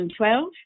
2012